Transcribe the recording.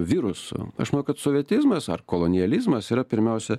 virusų aš manau kad sovietizmas ar kolonializmas yra pirmiausia